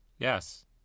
Yes